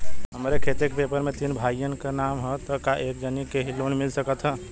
हमरे खेत के पेपर मे तीन भाइयन क नाम ह त का एक जानी के ही लोन मिल सकत ह?